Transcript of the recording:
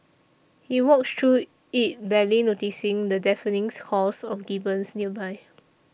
he walks through it barely noticing the deafening calls of gibbons nearby